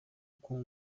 com